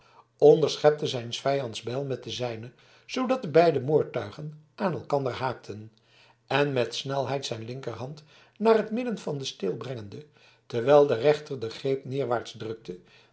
onderschepte zijns vijands bijl met de zijne zoodat de beide moordtuigen aan elkander haakten en met snelheid zijn linkerhand naar het midden van den steel brengende terwijl de rechter den greep neerwaarts drukte